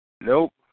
Nope